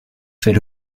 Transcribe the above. fait